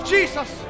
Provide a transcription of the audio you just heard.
Jesus